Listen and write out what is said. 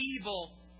evil